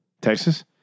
Texas